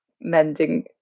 mending